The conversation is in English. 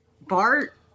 Bart